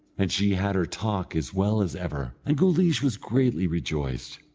and she had her talk as well as ever, and guleesh was greatly rejoiced.